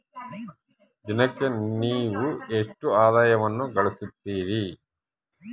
ದಿನಕ್ಕೆ ನೇವು ಎಷ್ಟು ಆದಾಯವನ್ನು ಗಳಿಸುತ್ತೇರಿ?